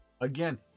again